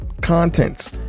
contents